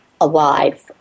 alive